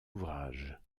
ouvrages